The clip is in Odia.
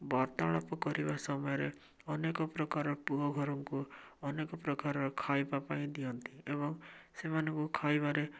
ବାର୍ତ୍ତାଳାପ କରିବା ସମୟରେ ଅନେକ ପ୍ରକାର ପୁଅ ଘରଙ୍କୁ ଅନେକ ପ୍ରକାର ଖାଇବା ପାଇଁ ଦିଅନ୍ତି ଏବଂ ସେମାନଙ୍କୁ ଖାଇବାରେ